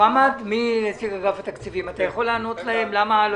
מוחמד חלאילה, אתה יכול לענות להם למה לא